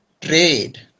trade